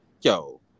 yo